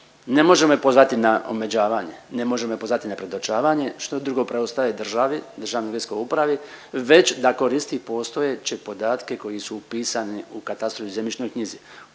ne možemo je pozvati na omeđavanje, ne možemo je pozvati predočavanje što drugo preostaje državi Državnoj geodetskoj upravi već da koristi postojeće podatke koji su upisani u katastru i zemljišnoj knjizi.